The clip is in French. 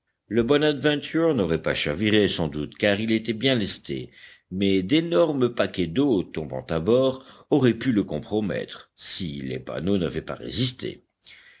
le bonadventure n'aurait pas chaviré sans doute car il était bien lesté mais d'énormes paquets d'eau tombant à bord auraient pu le compromettre si les panneaux n'avaient pas résisté